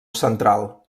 central